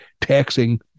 taxing